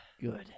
Good